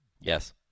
Yes